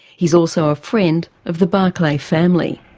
he's also a friend of the barclay family.